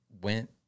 went